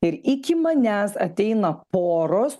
ir iki manęs ateina poros